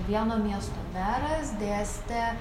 vieno miesto meras dėstė